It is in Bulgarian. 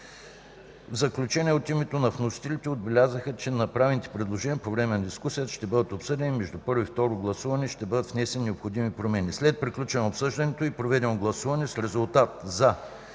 В заключение, вносителите отбелязаха, че направените предложения по време на дискусията ще бъдат обсъдени и между първо и второ гласуване ще бъдат внесени необходимите промени. След приключване на обсъждането и проведено гласуване с резултати: